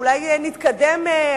אולי נתקדם,